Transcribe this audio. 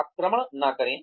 आक्रमण न करें